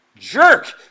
jerk